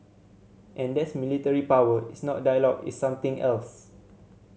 and that's military power it's not dialogue it's something else